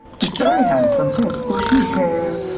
he's very handsome, he has bushy hair,